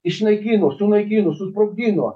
išnaikino sunaikino susprogdino